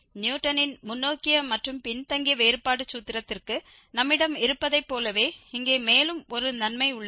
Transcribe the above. நியூட்டனின் முன்னோக்கிய மற்றும் பின்தங்கிய வேறுபாடு சூத்திரத்திற்கு நம்மிடம் இருப்பதைப் போலவே இங்கே மேலும் ஒரு நன்மை உள்ளது